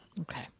okay